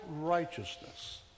righteousness